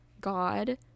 God